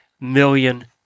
million